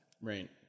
Right